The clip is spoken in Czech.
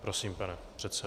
Prosím, pane předsedo.